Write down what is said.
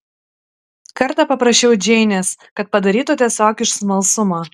kartą paprašiau džeinės kad padarytų tiesiog iš smalsumo